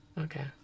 okay